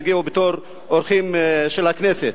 שהגיעו בתור אורחים של הכנסת.